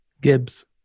Gibbs